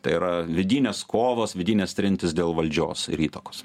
tai yra vidinės kovos vidinės trintys dėl valdžios ir įtakos